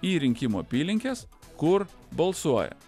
į rinkimų apylinkes kur balsuoja